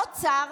אוצר,